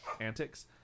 antics